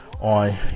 on